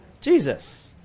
Jesus